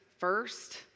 first